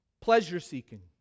pleasure-seeking